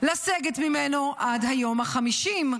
לסגת ממנו עד היום ה-50,